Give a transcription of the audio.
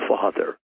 Father